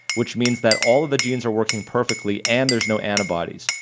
which means that all of the genes are working perfectly and there's no antibodies.